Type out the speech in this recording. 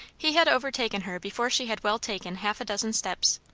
he had overtaken her before she had well taken half a dozen steps.